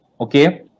okay